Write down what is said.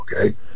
okay